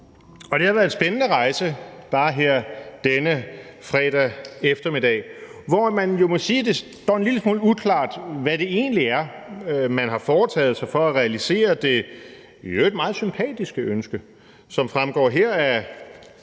det har været en spændende rejse denne fredag eftermiddag, hvor man jo må sige at det står en lille smule uklart, hvad det egentlig er, man har foretaget sig for at realisere det i øvrigt meget sympatiske ønske, som fremgår af